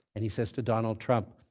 and he says to donald trump,